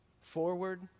forward